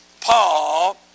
Paul